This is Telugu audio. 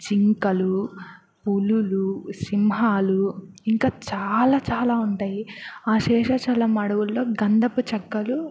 జింకలు పులులు సింహాలు ఇంకా చాలా చాలా ఉంటాయి ఆ శేషాచలం అడవుల్లో గంధపు చక్కలు